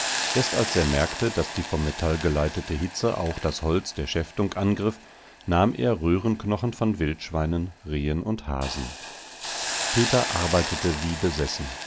erst als er merkte daß die vom metall geleitete hitze auch das holz der schäftung angriff nahm er röhrenknochen von wildschweinen rehen und hasen peter arbeitete wie besessen